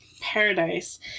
paradise